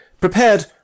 Prepared